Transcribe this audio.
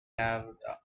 have